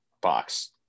box